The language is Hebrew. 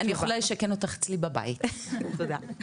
אני יכולה לשכן אותך אצלי בבית, מקלט.